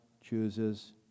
chooses